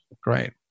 Great